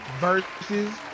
versus